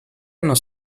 nos